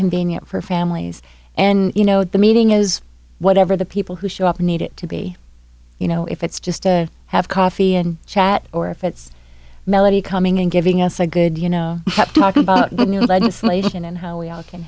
convenient for families and you know the meeting is whatever the people who show up needed to be you know if it's just to have coffee and chat or if it's melody coming and giving us a good you know talk about new legislation and how we